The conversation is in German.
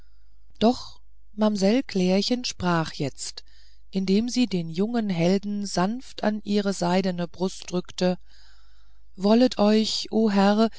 doch mamsell klärchen sprach jetzt indem sie den jungen helden sanft an ihre seidene brust drückte wollet euch o